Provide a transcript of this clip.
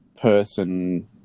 person